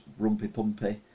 rumpy-pumpy